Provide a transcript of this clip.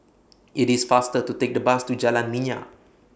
IT IS faster to Take The Bus to Jalan Minyak